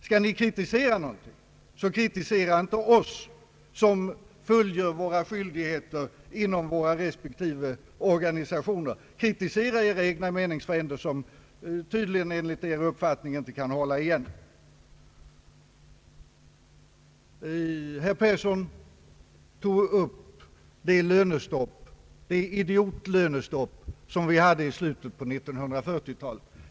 Skall ni kritisera någonting, så kritisera inte oss som fullgör våra skyldigheter inom våra respektive organisationer — kritisera era egna meningsfränder som tydligen enligt er egen uppfattning inte kan hålla igen! Herr Persson tog upp det idiotlönestopp som vi hade i slutet av 1940-talet.